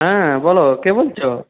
হ্যাঁ বলো কে বলছ